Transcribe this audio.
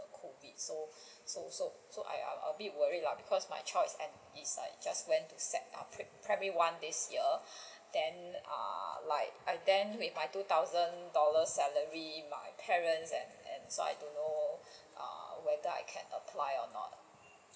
COVID so so so I I a bit worried lah because my child and is like just went to sec~ pri~ primary one this year then err like then with my two thousand dollar salary my parents and and so I don't know err whether I can apply or not